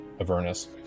Avernus